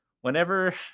whenever